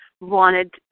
wanted